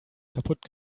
kaputt